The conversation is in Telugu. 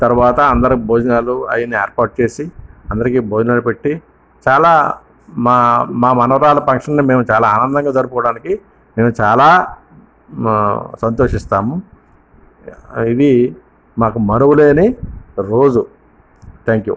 తర్వాత అందరికి భోజనాలు అవన్నీ ఏర్పాటు చేసి అందరికి భోజనాలు పెట్టి చాలా మా మా మనమరాలి ఫంక్షన్ని మేము చాలా ఆనందంగా జరుపుకోవడానికి మేము చాలా సంతోషిస్తాము ఇది మాకు మరువలేని రోజు థ్యాంక్ యూ